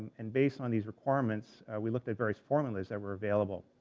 and based on these requirements we looked at various formulas that were available,